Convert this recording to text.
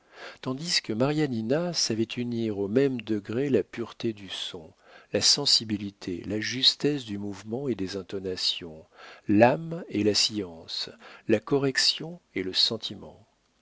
tandis que marianina savait unir au même degré la pureté du son la sensibilité la justesse du mouvement et des intonations l'âme et la science la correction et le sentiment